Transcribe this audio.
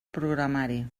programari